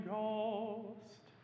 Ghost